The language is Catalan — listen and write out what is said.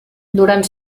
durant